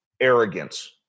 arrogance